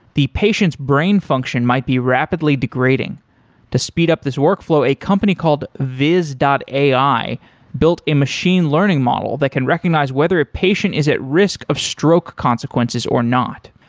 the patient's brain function might be rapidly degrading to speed up this workflow, a company called viz ai built a machine learning model that can recognize whether a patient is at risk of stroke consequences or not.